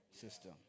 system